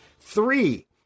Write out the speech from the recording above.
Three